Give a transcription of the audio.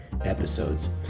episodes